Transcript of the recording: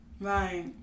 Right